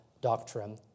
doctrine